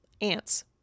ants